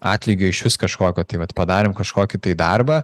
atlygio išvis kažkokio tai vat padarėm kažkokį tai darbą